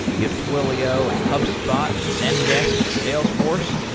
you have twilio, and hubspot, and zendesk, and salesforce.